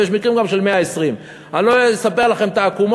ויש מקרים גם של 120. אני לא אספר לכם את העקומות,